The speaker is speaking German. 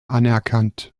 anerkannt